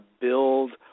build